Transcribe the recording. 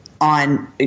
on